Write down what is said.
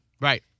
Right